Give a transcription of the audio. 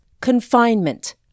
confinement